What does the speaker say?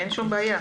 אין בעיה.